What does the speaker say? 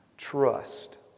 Trust